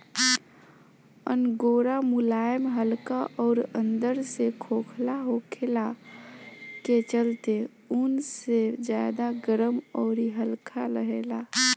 angora मुलायम हल्का अउरी अंदर से खोखला होखला के चलते ऊन से ज्यादा गरम अउरी हल्का रहेला